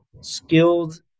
skilled